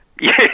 Yes